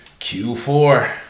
Q4